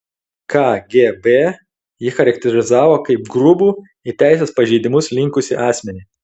kgb jį charakterizavo kaip grubų į teisės pažeidimus linkusį asmenį